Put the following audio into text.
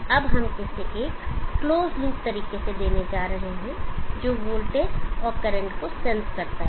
अब हम इसे एक क्लोज लूप तरीके से देने जा रहे हैं जो वोल्टेज और करंट को सेंस करता है